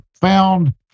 found